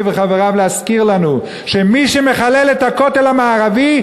וחבריו להזכיר לנו שמי שמחלל את הכותל המערבי,